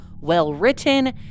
well-written